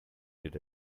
did